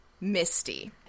Misty